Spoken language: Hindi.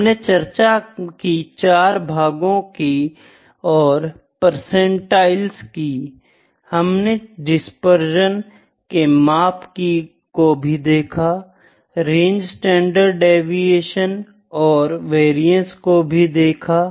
हमने चर्चा की चार भागो की और पर्सेनटिल्स की हमने डिस्पेरशन के माप भी देखे रेंज स्टैण्डर्ड डेविएशन और वरियन्स को भी देखा